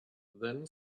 then